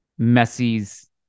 Messi's